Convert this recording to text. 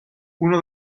uno